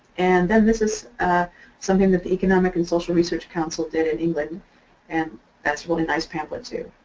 and then this is something that the economic and social research council did in england and that's really a nice pamphlet too.